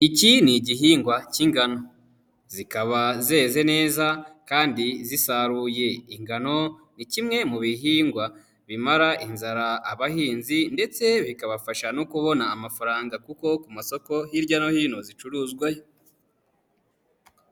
Iki ni igihingwa cy'ingano, zikaba zeze neza kandi zisaruye. Ingano ni kimwe mu bihingwa bimara inzara abahinzi ndetse bikabafasha no kubona amafaranga kuko ku masoko hirya no hino zicuruzwayo.